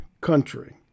country